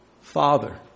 Father